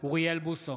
אוריאל בוסו,